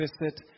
visit